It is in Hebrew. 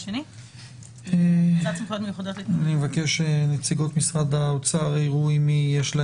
אני מזכיר שעצם ההכרזה עוד לא מהווה אישור לנקיטה בסמכויות המיוחדות,